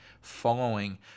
following